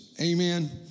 Amen